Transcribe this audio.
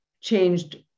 changed